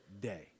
day